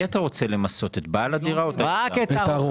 אבל אם הוא היה קונה, עם עבודות הפנים, והיה מוכר